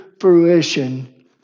fruition